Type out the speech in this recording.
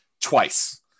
twice